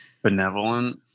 benevolent